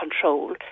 control